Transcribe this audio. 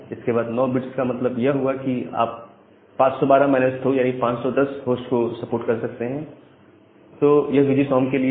इसके बाद 9 बिट्स का मतलब यह हुआ कि आप 512 माईनस 2 यानी 510 होस्ट को सपोर्ट कर सकते हैं तो यह B G S O M के लिए है